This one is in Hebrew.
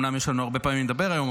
אומנם יש לנו הרבה פעמים לדבר היום,